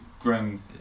growing